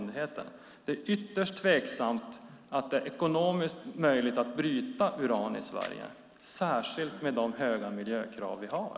Det är ytterst tveksamt att det är ekonomiskt möjligt att bryta uran i Sverige, särskilt med de höga miljökrav vi har.